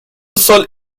soll